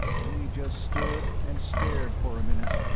we just stood and stared for a minute.